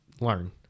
Learn